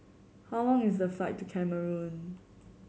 how long is the flight to Cameroon